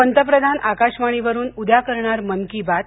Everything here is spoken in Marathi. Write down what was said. पंतप्रधान आकाशवाणीवरून उद्या करणार मन की बात